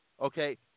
Okay